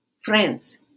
Friends